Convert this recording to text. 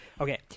Okay